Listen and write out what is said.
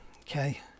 okay